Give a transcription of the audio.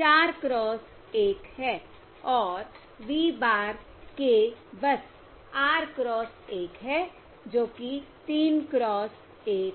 4 cross 1 है और v bar k बस R क्रॉस 1 है जो कि 3 क्रॉस 1 है